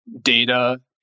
data